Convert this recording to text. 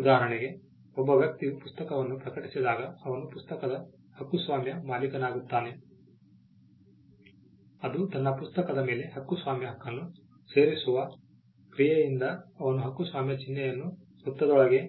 ಉದಾಹರಣೆಗೆ ಒಬ್ಬ ವ್ಯಕ್ತಿಯು ಪುಸ್ತಕವನ್ನು ಪ್ರಕಟಿಸಿದಾಗ ಅವನು ಪುಸ್ತಕದ ಹಕ್ಕುಸ್ವಾಮ್ಯ ಮಾಲೀಕನಾಗುತ್ತಾನೆ ಅದು ತನ್ನ ಪುಸ್ತಕದ ಮೇಲೆ ಹಕ್ಕುಸ್ವಾಮ್ಯ ಹಕ್ಕನ್ನು ಸೇರಿಸುವ ಕ್ರಿಯೆಯಿಂದ ಅವನು ಹಕ್ಕುಸ್ವಾಮ್ಯ ಚಿಹ್ನೆಯನ್ನು ವೃತ್ತದೊಳಗೆ